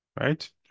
right